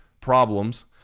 problems